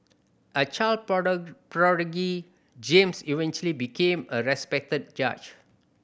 a child prodigy James eventually became a respected judge